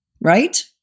right